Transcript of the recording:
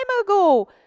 ago